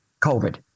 COVID